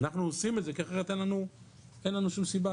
אנחנו עושים את זה כי אחרת אין לנו שום סיבה,